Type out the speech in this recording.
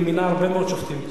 ומינה הרבה מאוד שופטים,